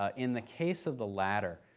ah in the case of the latter,